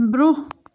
برٛونٛہہ